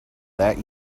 that